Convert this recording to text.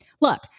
Look